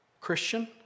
Christian